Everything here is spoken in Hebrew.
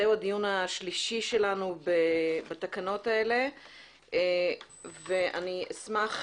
זה הדיון השלישי שלנו בתקנות האלה ואני אשמח,